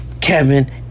Kevin